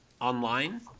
online